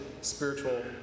spiritual